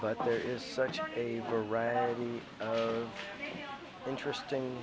but there is such a variety of interesting